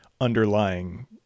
underlying